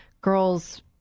girls